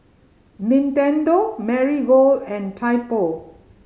Nintendo Marigold and Typo